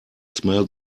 smell